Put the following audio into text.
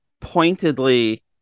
pointedly